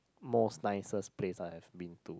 most nicest place I have been to